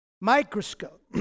microscope